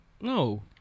no